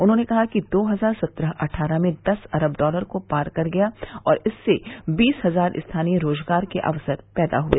उन्होंने कहा कि दो हजार सत्रह अट्ठारह में दस अरब डॉलर को पार कर गया और इससे बीस हजार स्थानीय रोजगार के अवसर पैदा हए